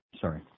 sorry